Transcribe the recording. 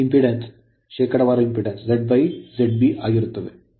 ಈಗ ಶೇಕಡಾವಾರು impedance ZZB ಆಗಿರುತ್ತದೆ